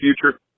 future